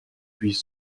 puis